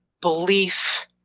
belief